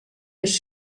ris